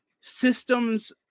systems